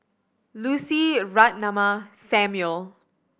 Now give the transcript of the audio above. Lucy Ratnammah Samuel